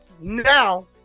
Now